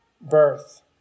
birth